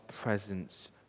presence